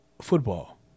football